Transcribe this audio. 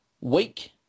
week